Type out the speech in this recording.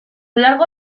largo